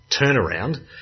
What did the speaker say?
turnaround